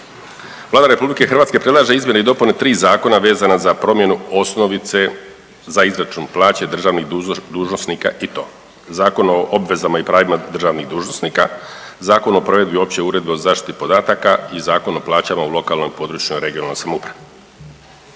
Vlada RH predlaže izmjene i dopune tri zakona vezana za promjenu osnovice za izračun plaće državnih dužnosnika i to Zakon o obvezama i pravima državnih dužnosnika, Zakon o provedbi opće uredbe o zaštiti podataka i Zakon o plaćama u lokalnoj i područnoj (regionalnoj) samoupravi.